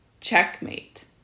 Checkmate